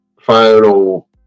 final